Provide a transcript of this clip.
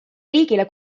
riigile